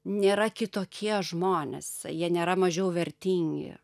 nėra kitokie žmonės jie nėra mažiau vertingi